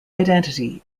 identity